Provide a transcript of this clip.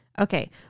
Okay